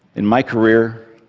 in my career,